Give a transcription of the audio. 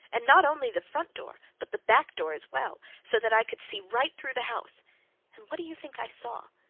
and not only the front door, but the back door as well, so that i could see right through the house and what do you think i saw?